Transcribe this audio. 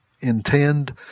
intend